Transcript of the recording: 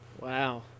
Wow